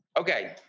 Okay